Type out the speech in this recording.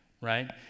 right